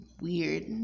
weird